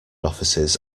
offices